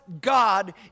God